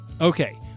Okay